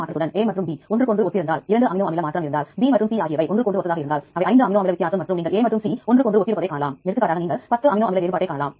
எடுத்துக்காட்டாக Uniprot ல் மேலே நீங்கள் யுனிவர்சல் புரதம் முழுப்பெயரையும் மூல வளங்களையும் காணலாம்